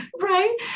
Right